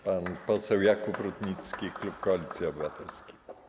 Pan poseł Jakub Rutnicki, klub Koalicja Obywatelska.